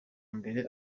mbere